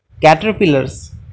caterpillars